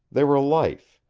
they were life,